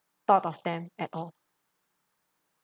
thought of them at all